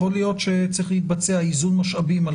יכול להיות שצריך להתבצע איזון משאבים על